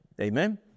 Amen